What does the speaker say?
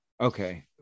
Okay